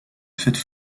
fête